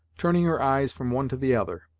turning her eyes from one to the other,